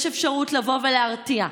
יש אפשרות לבוא ולהרתיע,